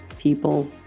people